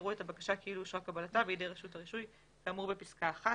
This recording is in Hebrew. יראו את הבקשה כאילו אושרה קבלתה בידי רשות הרישוי כאמור בפסקה (1).